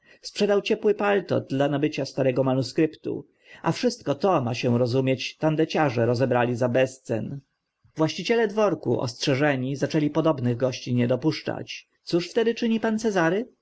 sprzedał ciepły paltot dla nabycia starego manuskryptu a wszystko to ma się rozumieć tandeciarze rozebrali za bezcen właściciele dworku ostrzeżeni zaczęli podobnych gości nie dopuszczać cóż wtedy czyni pan cezary